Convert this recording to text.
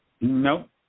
Nope